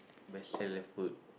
vegetarian food